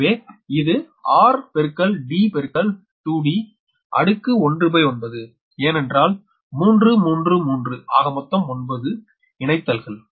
எனவே இது r d 2d19 ஏனென்றால் 3 3 3 ஆகமொத்தம் 9 இணைத்தல்கள்